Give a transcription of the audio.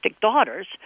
daughters